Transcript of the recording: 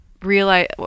realize